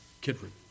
kidron